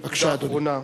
בנקודה אחרונה,